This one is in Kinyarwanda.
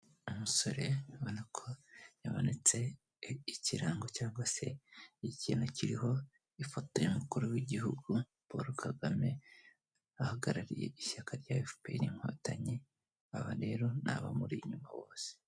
Umusore ubona ko yamanitse ikirango cyangwa se ikintu kiriho ifoto y'umukuru w'igihugu Paul Kagame ahahagarariye ishyaka rya fpr Inkotanyi, aba rero ni abamuri inyuma bose.